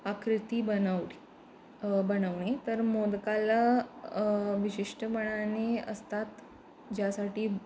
आकृती बनव बनवणे तर मोदकाला विशिष्ट बणाने असतात ज्यासाठी